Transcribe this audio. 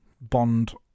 Bond